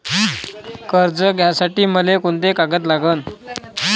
कर्ज घ्यासाठी मले कोंते कागद लागन?